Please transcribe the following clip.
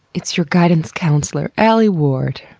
it's your guidance counselor, alie ward.